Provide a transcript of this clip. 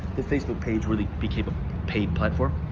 the facebook page really became a paid platform.